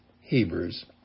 Hebrews